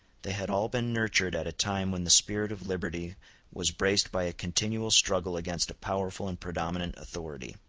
they had all been nurtured at a time when the spirit of liberty was braced by a continual struggle against a powerful and predominant authority.